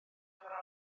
bedwar